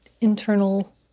internal